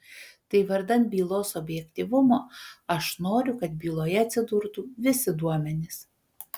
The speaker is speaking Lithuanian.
tai vardan bylos objektyvumo aš noriu kad byloje atsidurtų visi duomenys